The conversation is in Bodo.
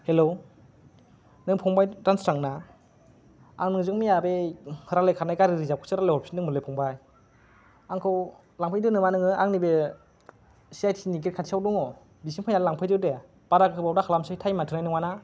हेल्ल' नों फंबाय दानसोरां ना आं नोंजों मैया बे रायलायखानाय गारि रिजार्बखौसो रायलायहरफिनदोंमोनलै फंबाय आंखौ लांफैदो नामा नोङो आं नैबे सिआइटिनि गेट खाथिआव दङ' बिसिम फैना लांफैदो दे बारा गोबाव दा खालामसै थाइमा थोनाय नङा ना